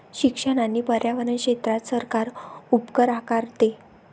शिक्षण आणि पर्यावरण क्षेत्रात सरकार उपकर आकारते